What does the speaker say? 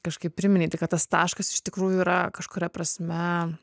kažkaip priminei tai kad tas taškas iš tikrųjų yra kažkuria prasme